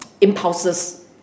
impulses